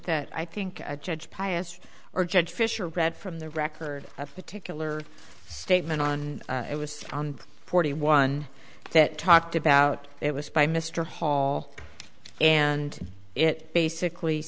that i think a judge pious or judge fischer read from the record of particular statement on it was on forty one that talked about it was by mr hall and it basically